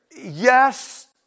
yes